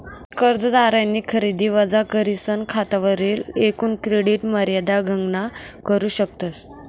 कर्जदारनी खरेदी वजा करीसन खातावरली एकूण क्रेडिट मर्यादा गणना करू शकतस